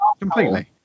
Completely